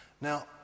Now